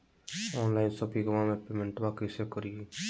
Online शोपिंगबा में पेमेंटबा कैसे करिए?